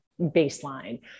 baseline